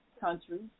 countries